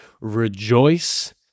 rejoice